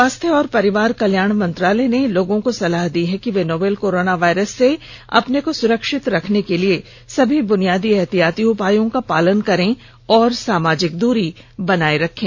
स्वास्थ्य और परिवार कल्याण मंत्रालय ने लोगों को सलाह दी है कि वे नोवल कोरोना वायरस से अपने को सुरक्षित रखने के लिए सभी बुनियादी एहतियाती उपायों का पालन करें और सामाजिक दूरी बनाए रखें